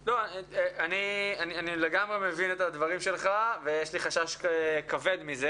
אני לגמרי מבין את הדברים שלך ויש לי חשש כבד מזה